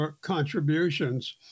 contributions